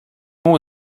czemu